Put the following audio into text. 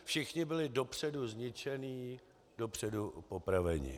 Všichni byli dopředu zničeni, dopředu popraveni.